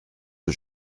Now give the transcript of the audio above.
que